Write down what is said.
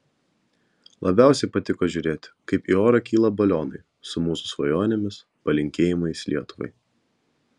labiausiai patiko žiūrėti kaip į orą kyla balionai su mūsų svajonėmis palinkėjimais lietuvai